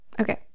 Okay